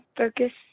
focus